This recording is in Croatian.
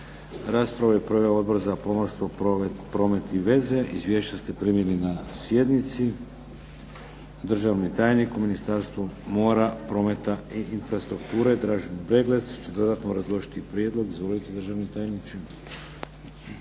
Raspravu je proveo Odbor za pomorstvo, promet i veze. Izvješća ste primili na sjednici. Državni tajnik u Ministarstvu mora, prometa i infrastrukture, Dražen Breglec, će dodatno obrazložiti prijedlog. Izvolite, državni tajniče.